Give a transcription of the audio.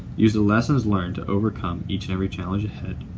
use the lessons learned to overcome each and every challenge ahead.